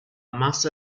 massa